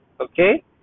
okay